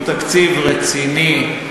התקציב הוא תקציב רציני,